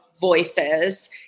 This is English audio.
voices